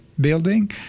building